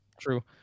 true